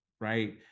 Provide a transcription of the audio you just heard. right